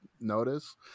notice